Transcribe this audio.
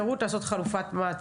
מה הוא היה צריך, לחצות את הכביש?